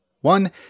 One